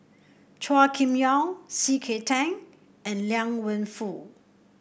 Chua Kim Yeow C K Tang and Liang Wenfu